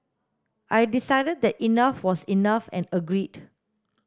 I decided that enough was enough and agreed